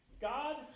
God